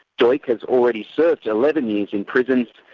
duch like has already served eleven years in prison,